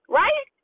right